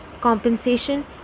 compensation